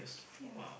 yeah